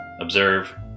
Observe